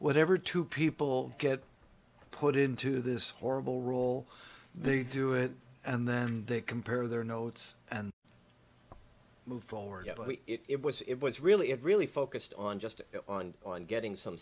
whatever two people get put into this horrible role they do it and then they compare their notes and move forward but it was it was really it really focused on just on on getting some